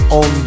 on